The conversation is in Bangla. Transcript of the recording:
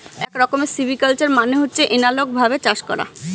এক রকমের সিভিকালচার মানে হচ্ছে এনালগ ভাবে চাষ করা